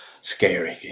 scary